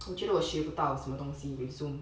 我觉得我学不到什么东西 with Zoom